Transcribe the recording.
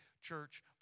Church